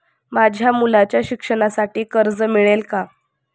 माझ्या मुलाच्या शिक्षणासाठी कर्ज मिळेल काय?